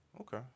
Okay